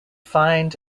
find